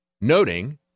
noting